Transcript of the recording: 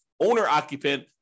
owner-occupant